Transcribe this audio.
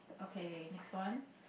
okay next one